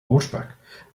horseback